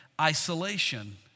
isolation